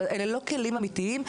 אבל אלה לא כלים אמיתיים,